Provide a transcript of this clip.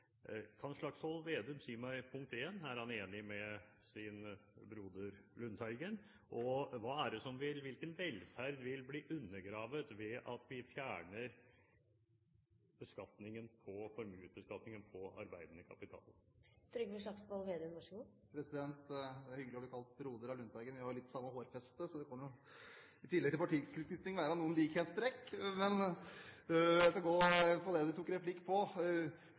Kan Slagsvold Vedum si meg: Er han enig med sin broder Lundteigen? Og: Hvilken velferd vil bli undergravet ved at vi fjerner formuesbeskatningen på arbeidende kapital? Det er hyggelig å bli kalt «broder» av Lundteigen. Vi har litt det samme hårfestet, så det kan jo, i tillegg til partitilknytning, være noen likhetstrekk, men jeg skal gå til det du tok replikk på.